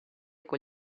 con